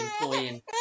employing